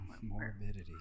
morbidity